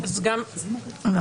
כן.